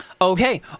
Okay